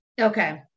Okay